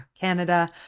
Canada